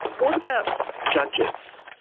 what about judges?